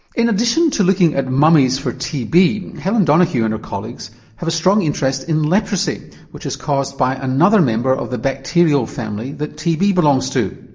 in addition to looking at mummies for tb, helen donaghue and her colleagues have a strong interest in leprosy which is caused by another member of the bacterial family that tb belongs to.